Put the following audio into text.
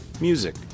music